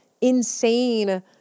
insane